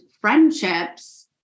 friendships